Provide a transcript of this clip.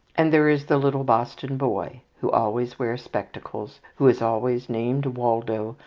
and there is the little boston boy who always wears spectacles, who is always named waldo,